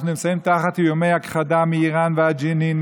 אנחנו נמצאים תחת איומי הכחדה מאיראן ועד ג'נין,